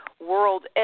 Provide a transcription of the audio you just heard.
world